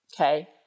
Okay